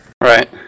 Right